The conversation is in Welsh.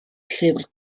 llyfr